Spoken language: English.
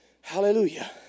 Hallelujah